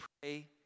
pray